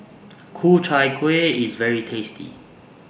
Ku Chai Kueh IS very tasty